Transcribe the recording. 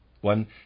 One